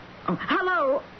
Hello